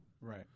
Right